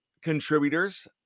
contributors